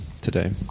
today